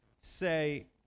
say